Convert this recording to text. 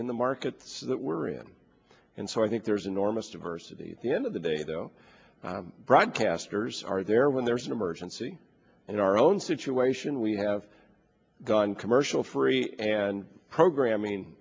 the markets that we're in and so i think there's enormous diversity at the end of the day though broadcasters are there when there's an emergency in our own situation we have gone commercial free and programming